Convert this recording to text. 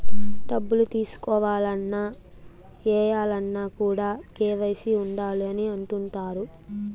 డబ్బులు తీసుకోవాలన్న, ఏయాలన్న కూడా కేవైసీ ఉండాలి అని అంటుంటారు